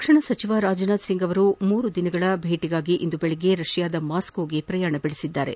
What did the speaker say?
ರಕ್ಷಣಾ ಸಚಿವ ರಾಜನಾಥ್ ಸಿಂಗ್ ಮೂರು ದಿನಗಳ ಭೇಟಿಗಾಗಿ ಇಂದು ಬೆಳಗ್ಗೆ ರಷ್ಯಾದ ಮಾಸ್ಕೋಗೆ ತೆರಳಿದ್ದಾರೆ